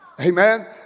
Amen